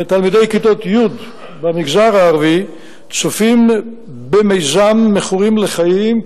ותלמידי כיתות י' במגזר הערבי צופים במיזם "מכורים לחיים"